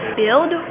build